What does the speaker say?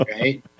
right